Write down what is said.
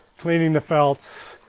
cleaning the felts,